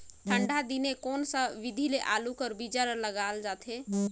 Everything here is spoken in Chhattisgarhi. ठंडा दिने कोन सा विधि ले आलू कर बीजा ल लगाल जाथे?